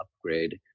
upgrade